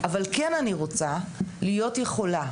אבל כן אני רוצה, להיות יכולה,